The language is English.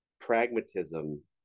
pragmatism